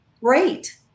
Great